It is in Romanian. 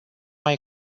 mai